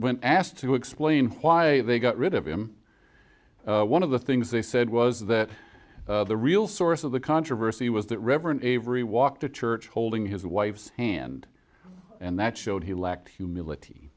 when asked to explain why they got rid of him one of the things they said was that the real source of the controversy was that reverend avery walk to church holding his wife's hand and that showed he lacked humility